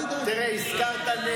חבר הכנסת לוי, אתה דואג?